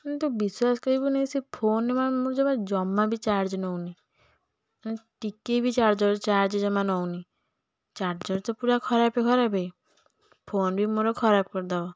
ମାନେ ତୁ ବିଶ୍ୱାସ କରିବୁନି ସେ ଫୋନ୍ରେ ଜମା ବି ଚାର୍ଜ ନେଉନି ଟିକିଏ ବି ଚାର୍ଜର ଚାର୍ଜ ଜମା ନେଉନି ଚାର୍ଜର ତ ପୁରା ଖରାପ ଖରାପ ଫୋନ୍ ବି ମୋର ଖରାପ କରିଦେବ